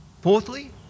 Fourthly